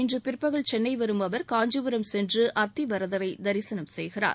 இன்று பிற்பகல் சென்னை வரும் அவர் காஞ்சிபுரம் சென்று அத்திவரதரை தரிசனம் செய்கிறார்